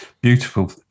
beautiful